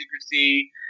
secrecy